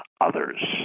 others